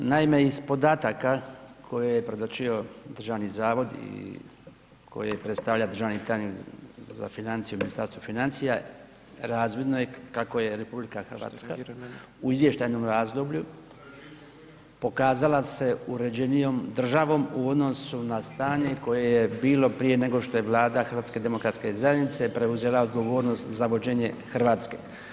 Naime, iz podataka koje je predočio Državni zavod i koje je predstavlja državni tajnik za financije u Ministarstvu financija, razvidno je kako je RH u izvještajnom razdoblju pokazala se uređenijom državom u odnosu na stanje koje je bilo prije nego što je Vlada HDZ-a preuzela odgovornost za vođenje Hrvatske.